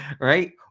right